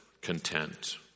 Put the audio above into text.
content